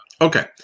okay